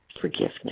forgiveness